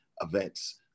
events